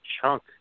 chunk